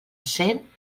cent